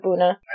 Buna